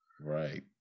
Right